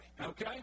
Okay